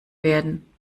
werden